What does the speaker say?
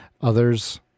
Others